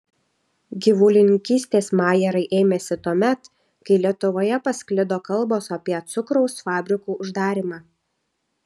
gyvulininkystės majerai ėmėsi tuomet kai lietuvoje pasklido kalbos apie cukraus fabrikų uždarymą